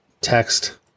text